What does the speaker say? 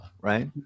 right